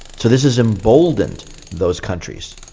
so this has emboldened those countries.